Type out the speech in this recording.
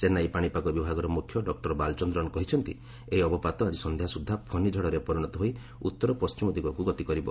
ଚେନ୍ନାଇ ପାଣିପାଗ ବିଭାଗର ମୁଖ୍ୟ ଡକୁର ବାଲଚନ୍ଦ୍ରନ୍ କହିଛନ୍ତି ଏହି ଅବପାତ ଆଜି ସନ୍ଧ୍ୟା ସୁଦ୍ଧା 'ଫନି' ଝଡ଼ରେ ପରିଣତ ହୋଇ ଉତ୍ତର ପଣ୍ଟିମ ଦିଗକୁ ଗତି କରିବ